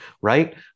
right